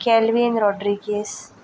kelvin Rodrigues